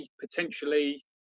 potentially